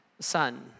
son